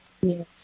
Yes